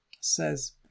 says